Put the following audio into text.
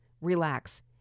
Relax